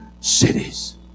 cities